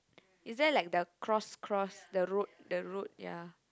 is there like the cross cross the road the road